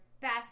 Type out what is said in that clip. best